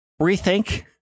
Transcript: rethink